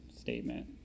statement